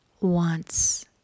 wants